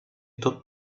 tot